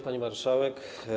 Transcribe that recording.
Pani Marszałek!